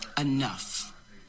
Enough